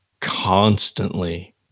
constantly